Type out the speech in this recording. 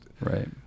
Right